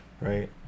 right